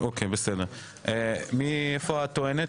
איפה הטוענת?